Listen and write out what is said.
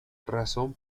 razón